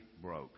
broke